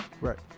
right